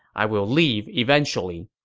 i will leave eventually.